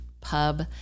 pub